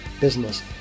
business